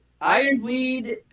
Ironweed